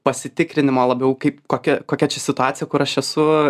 pasitikrinimo labiau kaip kokia kokia čia situacija kur aš esu